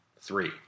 three